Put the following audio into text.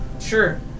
Sure